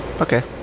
okay